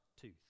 tooth